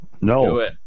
No